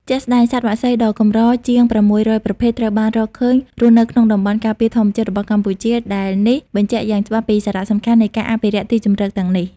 ជាក់ស្តែង សត្វបក្សីដ៏កម្រជាង ៦០០ ប្រភេទ ត្រូវបានរកឃើញរស់នៅក្នុងតំបន់ការពារធម្មជាតិរបស់កម្ពុជា ដែលនេះបញ្ជាក់យ៉ាងច្បាស់ពីសារៈសំខាន់នៃការអភិរក្សទីជម្រកទាំងនេះ។